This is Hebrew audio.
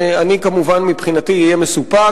מבחינתי אני כמובן אהיה מסופק,